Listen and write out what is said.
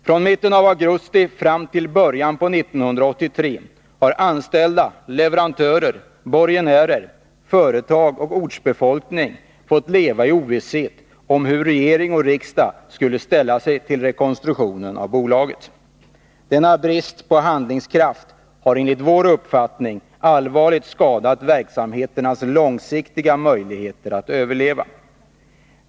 Från mitten av augusti 1982 fram till början av 1983 har anställda, leverantörer, borgenärer, företag och ortsbefolkning fått leva i ovisshet om hur regering och riksdag skulle ställa sig till rekonstruktionen av bolaget. Denna brist på handlingskraft har enligt vår uppfattning allvarligt skadat verksamheternas långsiktiga möjligheter att överleva.